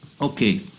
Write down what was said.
Okay